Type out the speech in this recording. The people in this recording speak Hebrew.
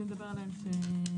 נדבר עליהם כשנגיע.